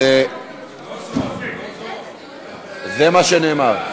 זה מה שנאמר.